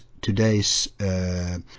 today's